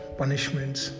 punishments